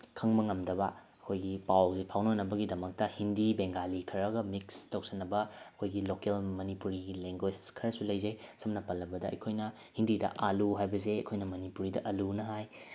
ꯈꯪꯕ ꯉꯝꯗꯕ ꯑꯩꯈꯣꯏꯒꯤ ꯄꯥꯎꯁꯦ ꯐꯥꯎꯅꯅꯕꯒꯤꯗꯃꯛꯇ ꯍꯤꯟꯗꯤ ꯕꯦꯡꯒꯥꯂꯤ ꯈꯔꯒ ꯃꯤꯛꯁ ꯇꯧꯁꯟꯅꯕ ꯑꯩꯈꯣꯏꯒꯤ ꯂꯣꯀꯦꯜ ꯃꯅꯤꯄꯨꯔꯤꯒꯤ ꯂꯦꯡꯒ꯭ꯋꯦꯁ ꯈꯔꯁꯨ ꯂꯩꯖꯩ ꯁꯝꯅ ꯄꯜꯂꯕꯗ ꯑꯩꯈꯣꯏꯅ ꯍꯤꯟꯗꯤꯗ ꯑꯥꯂꯨ ꯍꯥꯏꯕꯁꯦ ꯑꯩꯈꯣꯏꯅ ꯃꯅꯤꯄꯨꯔꯤꯗ ꯑꯂꯨꯅ ꯍꯥꯏ